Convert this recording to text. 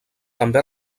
també